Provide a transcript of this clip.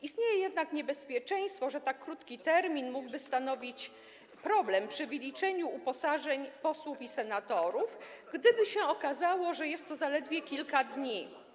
Istnieje jednak niebezpieczeństwo, że tak krótki termin mógłby stanowić problem przy wyliczeniu uposażeń posłów i senatorów, gdyby się okazało, że jest to zaledwie kilka dni.